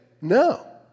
no